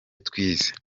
twize